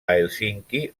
hèlsinki